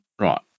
right